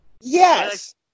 Yes